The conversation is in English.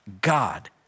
God